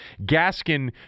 Gaskin